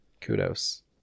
Kudos